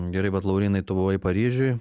gerai bet laurynai tu buvai paryžiuj